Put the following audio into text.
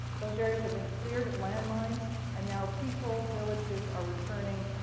those areas have been cleared of landmines and now people, villages, are returning.